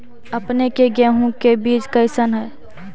अपने के गेहूं के बीज कैसन है?